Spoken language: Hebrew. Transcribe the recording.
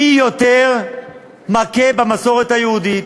מי יותר מכה במסורת היהודית,